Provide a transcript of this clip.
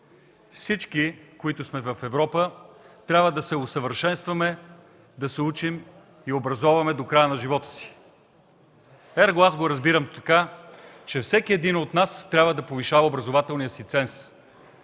всички, които сме в Европа, трябва да се усъвършенстваме, да се учим и образоваме до края на живота си. Ерго, аз го разбирам така: че всеки един от нас трябва да повишава образователния си ценз.